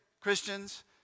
Christians